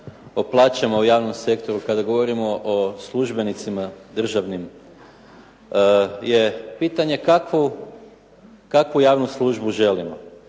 o plaćama u javnom sektoru, kada govorimo o službenicima državnim je pitanje kakvu javnu službu želimo?